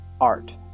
art